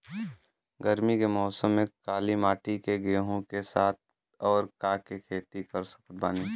गरमी के मौसम में काली माटी में गेहूँ के साथ और का के खेती कर सकत बानी?